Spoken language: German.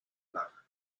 flach